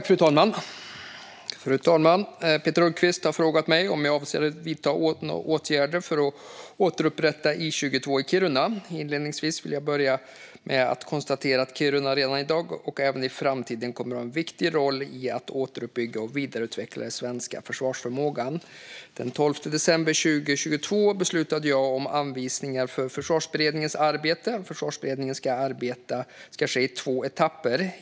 Fru talman! Peter Hultqvist har frågat mig om jag avser att vidta några åtgärder för att återupprätta I 22 i Kiruna. Inledningsvis vill jag konstatera att Kiruna redan i dag har och även i framtiden kommer att ha en viktig roll i att återuppbygga och vidareutveckla den svenska försvarsförmågan. Den 12 december 2022 beslutade jag om anvisningar för Försvarsberedningens arbete. Försvarsberedningens arbete ska ske i två etapper.